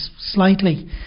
slightly